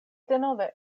denove